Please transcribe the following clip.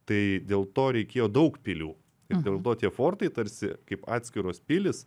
tai dėl to reikėjo daug pilių ir dėl to tie fortai tarsi kaip atskiros pilys